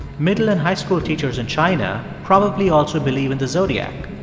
middle and high school teachers in china probably also believe in the zodiac.